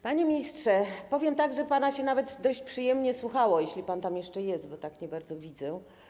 Panie ministrze, powiem tak, że pana nawet dość przyjemnie się słuchało, jeśli pan jeszcze jest, bo tak nie bardzo widzę.